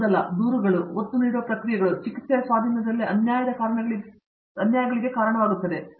ಗೊಂದಲ ದೂರುಗಳು ಒತ್ತುನೀಡುವ ಪ್ರಕ್ರಿಯೆಗಳು ಮತ್ತು ಚಿಕಿತ್ಸೆಯ ಸ್ವಾಧೀನದಲ್ಲಿ ಅನ್ಯಾಯದ ಕಾರಣಗಳಿಗೆ ಕಾರಣವಾಗುತ್ತವೆ